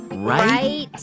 right,